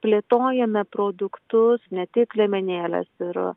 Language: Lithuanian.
plėtojame produktus ne tik liemenėles ir